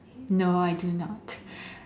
no I do not